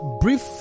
brief